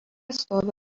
stovi